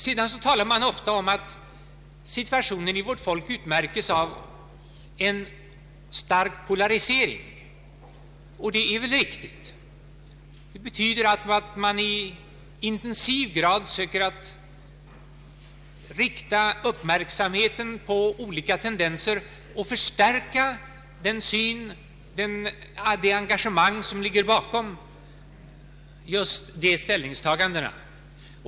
Man talar ofta om att situationen inom vårt folk utmärks av en stark polarisering, och det är väl riktigt. Det betyder att man i intensiv grad söker rikta uppmärksamheten på olika tendenser och förstärka den syn, det engagemang, som ligger bakom dessa ställningstaganden.